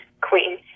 queen